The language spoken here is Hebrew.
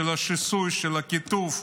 של השיסוי, של הקיטוב,